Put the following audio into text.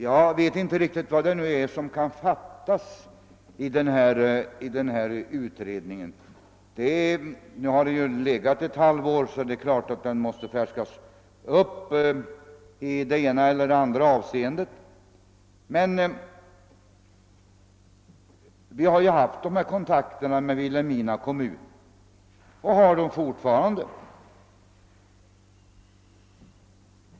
Jag vet inte riktigt vad det är som kan fattas i denna utredning. Den har visserligen nu legat ett halvår, så det är klart att den måste färskas upp i det ena eller andra avseendet. Vi har haft och har fortfarande dessa kontakter med Vilhelmina kommun.